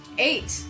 Eight